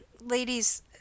Ladies